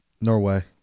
Norway